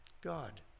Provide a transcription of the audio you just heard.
God